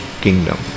kingdom